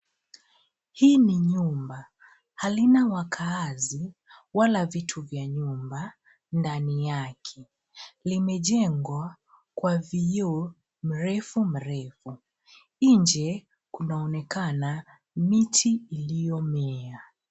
Hii ni nyumba, halina wakaazi wala vitu vya nyumba ndani yake. Limejengwa kwa vioo mrefu mrefu. Nje kunaonekana miti iliyomea.